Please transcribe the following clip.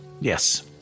yes